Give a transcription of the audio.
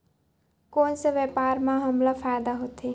कोन से व्यापार म हमला फ़ायदा होथे?